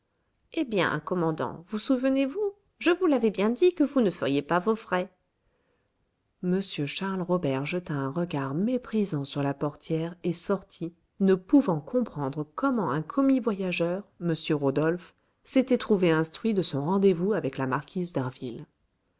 eh bien commandant vous souvenez-vous je vous l'avais bien dit que vous ne feriez pas vos frais m charles robert jeta un regard méprisant sur la portière et sortit ne pouvant comprendre comment un commis voyageur m rodolphe s'était trouvé instruit de son rendez-vous avec la marquise